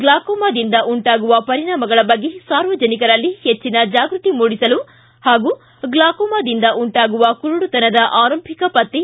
ಗ್ಲಾಕೋಮಾದಿಂದ ಉಂಟಾಗುವ ಪರಿಣಾಮಗಳ ಬಗ್ಗೆ ಸಾರ್ವಜನಿಕರಲ್ಲಿ ಹೆಚ್ಚಿನ ಜಾಗೃತಿ ಮೂಡಿಸಲು ಪಾಗೂ ಗ್ಲಾಕೋಮಾದಿಂದ ಉಂಟಾಗುವ ಕುರುಡುತನದ ಆರಂಭಿಕ ಪತ್ತೆ